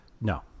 No